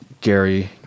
Gary